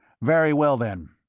very well, then.